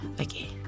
okay